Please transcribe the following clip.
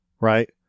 right